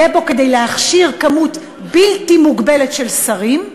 יהיה בו כדי להכשיר כמות בלתי מוגבלת של שרים,